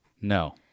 No